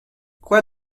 quoi